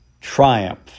triumph